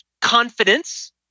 confidence